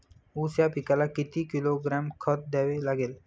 ऊस या पिकाला किती किलोग्रॅम खत द्यावे लागेल?